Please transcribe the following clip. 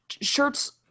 shirts